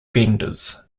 vendors